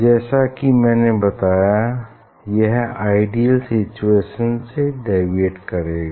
जैसा कि मैंने बताया यह आइडियल सिचुएशन से डेविएट करेगा